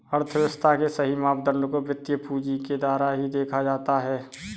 अर्थव्यव्स्था के सही मापदंड को वित्तीय पूंजी के द्वारा ही देखा जाता है